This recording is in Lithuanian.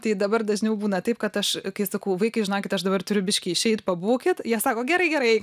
tai dabar dažniau būna taip kad aš kai sakau vaikai žinokit aš dabar turiu biškį išeit pabūkit jie sako gerai gerai eik